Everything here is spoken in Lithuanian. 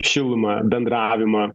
šilumą bendravimą